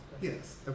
Yes